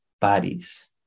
bodies